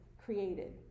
created